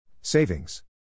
Savings